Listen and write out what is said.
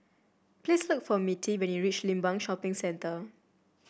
please look for Mittie when you reach Limbang Shopping Centre